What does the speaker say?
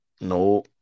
No